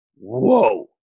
Whoa